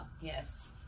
Yes